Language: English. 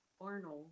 Arnold